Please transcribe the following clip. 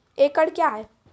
एकड कया हैं?